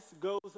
goes